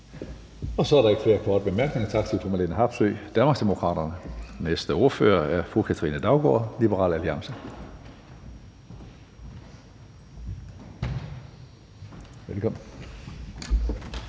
Så er der ikke flere korte bemærkninger. Tak til fru Marlene Harpsøe, Danmarksdemokraterne. Næste ordfører er fru Katrine Daugaard, Liberal Alliance. Velkommen.